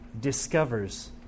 discovers